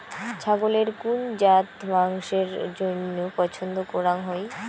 ছাগলের কুন জাত মাংসের জইন্য পছন্দ করাং হই?